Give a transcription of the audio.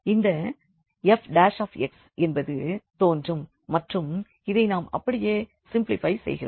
இந்த F என்பது தோன்றும் மற்றும் இதை நாம் அப்படியே சிம்ப்லிஃபை செய்கிறோம்